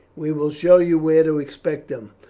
we will show you where to expect them,